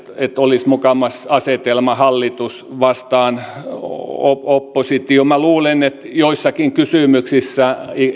olisi mukamas asetelma hallitus vastaan oppositio minä luulen että joissakin kysymyksissä